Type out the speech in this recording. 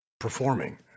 ...performing